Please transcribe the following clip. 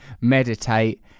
meditate